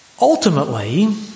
Ultimately